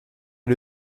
est